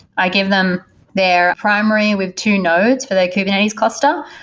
i give them their primary with two nodes for their kubernetes cluster,